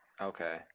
Okay